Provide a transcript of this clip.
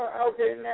okay